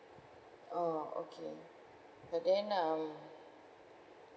oh okay but then um